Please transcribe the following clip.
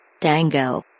Dango